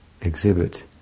exhibit